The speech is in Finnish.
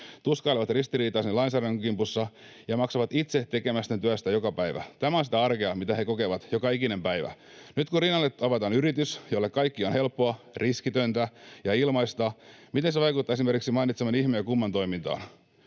tuskailevat ristiriitaisen lainsäädännön kimpussa ja maksavat itse tekemästään työstä joka päivä — tämä on sitä arkea, mitä he kokevat joka ikinen päivä. Nyt kun rinnalle avataan yritys, jolle kaikki on helppoa, riskitöntä ja ilmaista, miten se vaikuttaa esimerkiksi mainitsemani Ihme ja Kumman toimintaan?